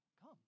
Come